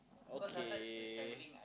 okay